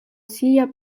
sia